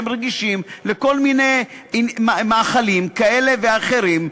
שהם רגישים לכל מיני מאכלים כאלה ואחרים.